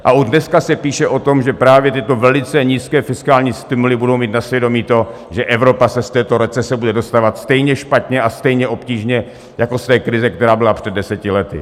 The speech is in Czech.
A už dneska se píše o tom, že právě tyto velice nízké fiskální stimuly budou mít na svědomí to, že Evropa se z této recese bude dostávat stejně špatně a stejně obtížně jako z té krize, která byla před deseti lety.